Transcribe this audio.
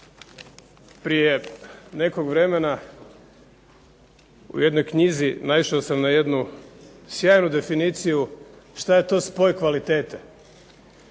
Prije nekog vremena u jednoj knjizi naišao sam na jednu sjajnu definiciju što je to spoj kvalitete.